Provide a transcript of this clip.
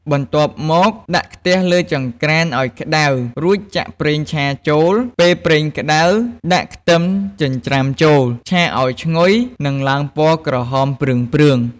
បន្ទាប់មក ដាក់ខ្ទះលើចង្ក្រានឱ្យក្តៅ រួចចាក់ប្រេងឆាចូល ពេលប្រេងក្តៅ ដាក់ខ្ទឹមចិញ្ច្រាំចូល ឆាឱ្យឈ្ងុយ និងឡើងពណ៌ក្រហមព្រឿងៗ។